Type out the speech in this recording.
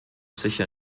sicher